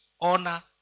honor